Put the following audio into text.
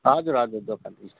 हजुर हजुर दोकान यहीँ छ